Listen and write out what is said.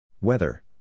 Weather